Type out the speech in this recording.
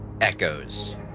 echoes